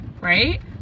right